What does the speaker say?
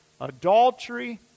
Adultery